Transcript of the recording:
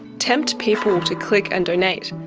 tempt people to click and donate.